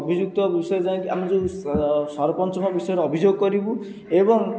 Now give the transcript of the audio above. ଅଭିଯୁକ୍ତ ବିଷୟରେ ଯାଇକି ଆମେ ଯେଉଁ ସରପଞ୍ଚଙ୍କ ବିଷୟରେ ଅଭିଯୋଗ କରିବୁ ଏବଂ